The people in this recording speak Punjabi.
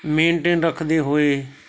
ਮੇਨਟੇਨ ਰੱਖਦੇ ਹੋਏ